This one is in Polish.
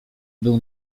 był